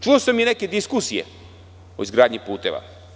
Čuo sam i neke diskusije o izgradnji puteva.